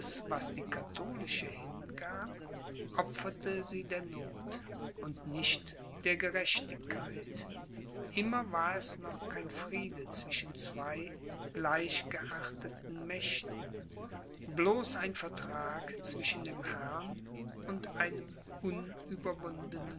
was die katholische hingab opferte sie der noth und nicht der gerechtigkeit immer war es noch kein friede zwischen zwei gleichgeachteten mächten bloß ein vertrag zwischen dem herrn und einem